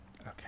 Okay